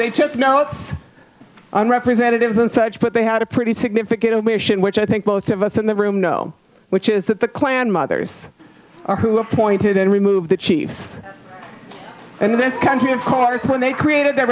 they took notes and representatives and such but they had a pretty significant mission which i think most of us in the room know which is that the klan mothers are who appointed and removed the chiefs and this country of course when they created th